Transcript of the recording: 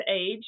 age